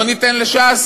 לא ניתן לש"ס?